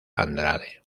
andrade